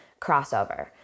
crossover